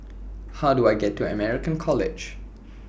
How Do I get to American College